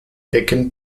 becken